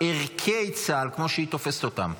ערכי צה"ל, כמו שהיא תופסת אותם.